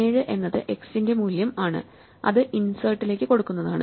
17 എന്നത് x ന്റെ മൂല്യം ആണ് അത് ഇൻസേർട്ടിലേക്ക് കൊടുക്കുന്നതാണ്